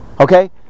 Okay